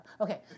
Okay